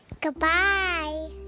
goodbye